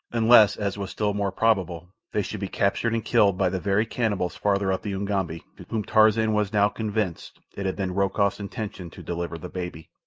unless, as was still more probable, they should be captured and killed by the very cannibals farther up the ugambi, to whom, tarzan was now convinced, it had been rokoff's intention to deliver the baby.